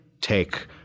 take